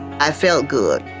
i felt good.